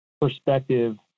perspective